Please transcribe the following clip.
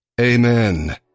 Amen